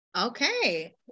okay